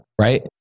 right